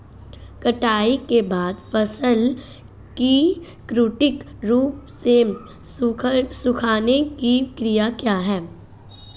कटाई के बाद फसल को कृत्रिम रूप से सुखाने की क्रिया क्या है?